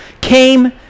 came